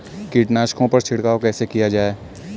कीटनाशकों पर छिड़काव कैसे किया जाए?